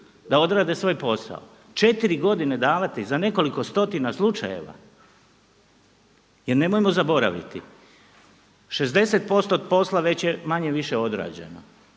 da odrade svoje posao. Četiri godine davati za nekoliko stotina slučajeva, jer nemojmo zaboraviti: 60 posto od posla već je manje-više odrađeno.